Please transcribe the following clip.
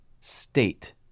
state